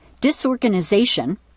disorganization